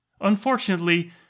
Unfortunately